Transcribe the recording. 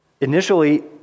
Initially